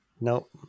nope